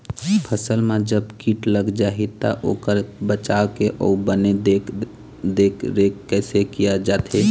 फसल मा जब कीट लग जाही ता ओकर बचाव के अउ बने देख देख रेख कैसे किया जाथे?